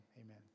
amen